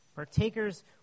Partakers